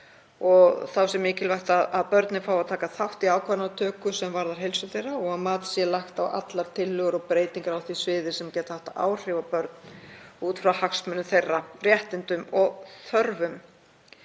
Þá sé mikilvægt að börnin fái að taka þátt í ákvarðanatöku sem varðar heilsu þeirra og að mat sé lagt á allar tillögur og breytingar á því sviði sem geta haft áhrif á börn út frá hagsmunum þeirra, réttindum og þörfum.